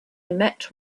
met